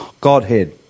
Godhead